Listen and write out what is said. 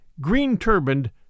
green-turbaned